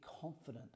confident